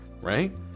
right